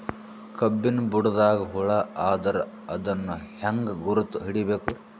ಕಬ್ಬಿನ್ ಬುಡದಾಗ ಹುಳ ಆದರ ಅದನ್ ಹೆಂಗ್ ಗುರುತ ಹಿಡಿಬೇಕ?